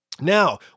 Now